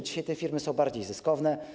Dzisiaj te firmy są bardziej zyskowne.